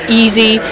easy